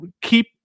keep